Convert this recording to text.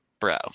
bro